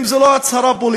אם זו לא הצהרה פוליטית?